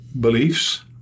beliefs